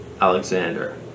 Alexander